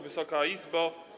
Wysoka Izbo!